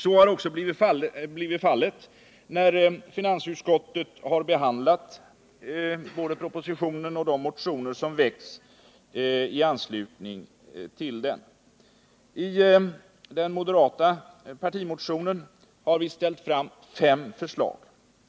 Så har också blivit fallet när finansutskottet har behandlat både propositionen och de motioner som väckts i anslutning till den. I den moderata partimotionen har vi framfört fem förslag.